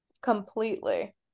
completely